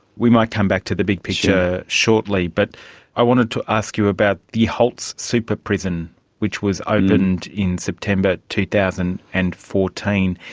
we might come back to the big picture shortly, but i wanted to ask you about the holtze super prison which was opened in september two thousand and fourteen.